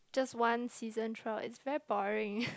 just one season throughout it's very boring